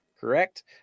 correct